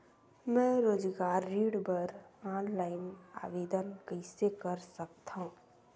मैं रोजगार ऋण बर ऑनलाइन आवेदन कइसे कर सकथव?